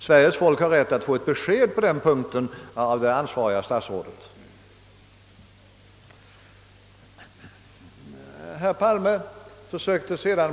Sveriges folk har rätt att av det ansvariga statsrådet få besked på den punkten.